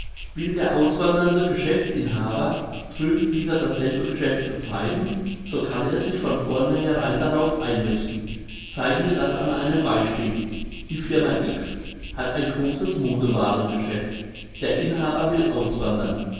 will der auswandernde geschäftsinhaber drüben wieder dasselbe geschäft betreiben so kann er sich von vorneherein darauf einrichten zeigen wir das an einem beispiel die firma x hat ein grosses modewaarengeschäft der inhaber will auswandern